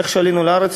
איך שעלינו לארץ,